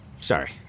sorry